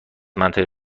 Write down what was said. منطقه